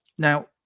Now